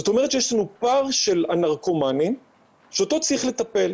זאת אומרת שיש לנו פער של הנרקומנים שבו צריך לטפל.